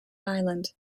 island